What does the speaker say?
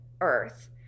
earth